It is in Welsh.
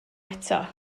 eto